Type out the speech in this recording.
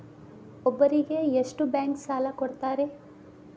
ಒಬ್ಬರಿಗೆ ಎಷ್ಟು ಬ್ಯಾಂಕ್ ಸಾಲ ಕೊಡ್ತಾರೆ?